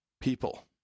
People